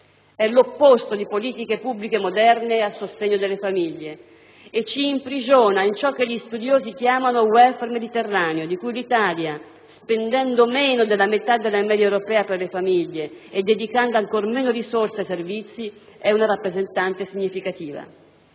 È l'opposto di politiche pubbliche moderne a sostegno delle famiglie e ci imprigiona in ciò che gli studiosi chiamano *welfare* mediterraneo, di cui l'Italia, spendendo meno della metà della media europea per le famiglie e dedicando ancor meno risorse ai servizi, è una rappresentante significativa.